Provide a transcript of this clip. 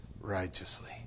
righteously